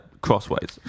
crossways